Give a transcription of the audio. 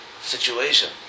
situation